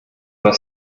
wir